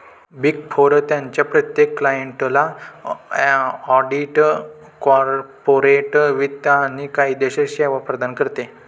big four त्यांच्या प्रत्येक क्लायंटला ऑडिट, कॉर्पोरेट वित्त आणि कायदेशीर सेवा प्रदान करते